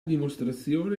dimostrazione